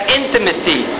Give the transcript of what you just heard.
intimacy